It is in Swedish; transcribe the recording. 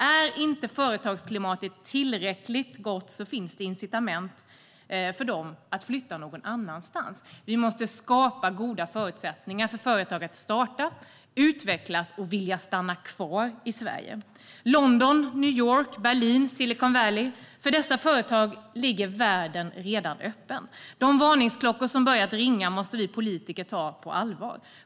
Är inte företagsklimatet tillräckligt gott finns det incitament för dem att flytta någon annanstans. Vi måste skapa goda förutsättningar för företag att starta, utvecklas och vilja stanna kvar i Sverige. London, New York, Berlin, Silicon Valley - för dessa företag ligger världen redan öppen. De varningsklockor som börjat ringa måste vi politiker ta på allvar.